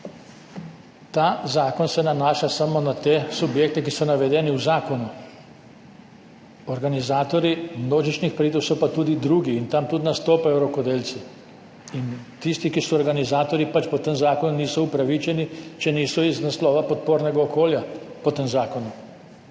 Ta zakon se nanaša samo na te subjekte, ki so navedeni v zakonu, organizatorji množičnih prireditev so pa tudi drugi in tam tudi nastopajo rokodelci. In tisti, ki so organizatorji, pač po tem zakonu niso upravičeni, če niso iz naslova podpornega okolja po tem zakonu.